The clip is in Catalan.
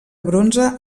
bronze